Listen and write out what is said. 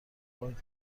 بانک